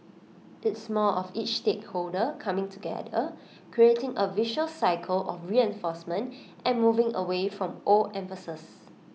it's more of each stakeholder coming together creating A virtuous cycle of reinforcement and moving away from old emphases